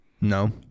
No